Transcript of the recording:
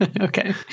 okay